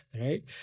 right